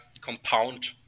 compound